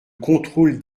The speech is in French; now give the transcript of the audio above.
contrôle